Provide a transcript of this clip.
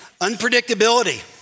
Unpredictability